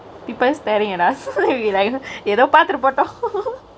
people staringk at us ஏதோ பாத்துட்டு போட்டொ:etho paathuttu potto